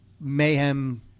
mayhem